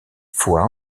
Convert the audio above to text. fois